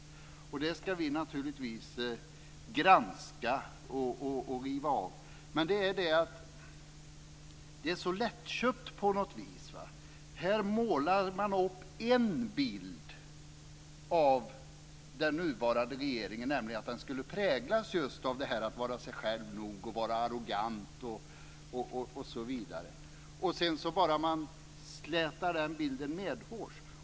Det ska vi naturligtvis granska. Men det är så lättköpt. Man målar upp en bild av den nuvarande regeringen, nämligen att den skulle präglas av att vara sig själv nog och vara arrogant, och stryker den bilden medhårs.